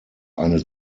eine